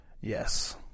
Yes